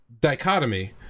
dichotomy